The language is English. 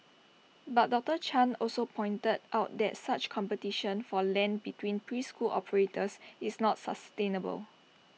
but doctor chung also pointed out that such competition for land between preschool operators is not sustainable